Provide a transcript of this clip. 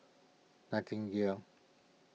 nightingale